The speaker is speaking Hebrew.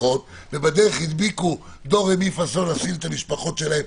ובדרך הדביקו את המשפחות הגדולות שלהם,